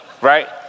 Right